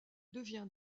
devient